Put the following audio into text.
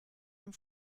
dem